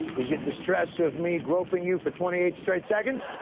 is it the stress of me groping you for twenty eight straight seconds?